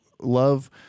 Love